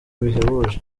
bihebuje